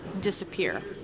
disappear